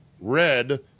red